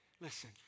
Listen